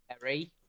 Harry